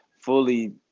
fully